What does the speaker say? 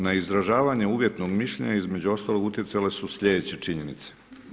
Na izražavanje uvjetnog mišljenja između ostalog utjecale su sljedeće činjenice.